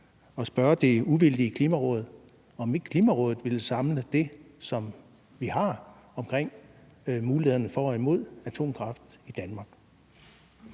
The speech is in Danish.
at spørge det uvildige Klimaråd, om ikke de vil samle det, som vi har i forhold til mulighederne for og imod atomkraft i Danmark.